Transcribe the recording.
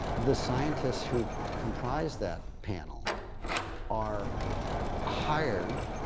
the scientists who comprise that panel are hired.